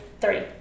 three